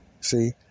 see